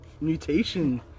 mutation